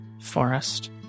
forest